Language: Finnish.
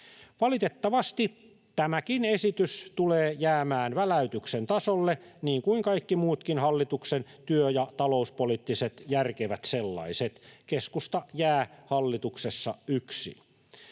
Valitettavasti tämäkin esitys tulee jäämään väläytyksen tasolle, niin kuin kaikki muutkin hallituksen työ‑ ja talouspoliittiset järkevät sellaiset — keskusta jää hallituksessa yksin.